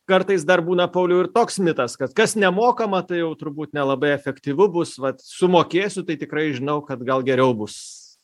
kartais dar būna pauliau ir toks mitas kad kas nemokama tai jau turbūt nelabai efektyvu bus vat sumokėsiu tai tikrai žinau kad gal geriau bus